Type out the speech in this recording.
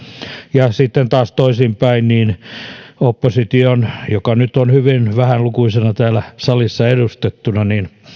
ja sitten taas toisinpäin opposition joka nyt on hyvin vähälukuisena täällä salissa edustettuna